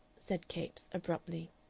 said capes, abruptly.